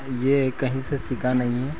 यह कहीं से सीखा नहीं है